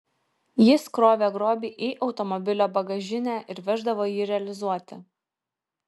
jis krovė grobį į automobilio bagažinę ir veždavo jį realizuoti